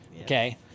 Okay